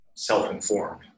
self-informed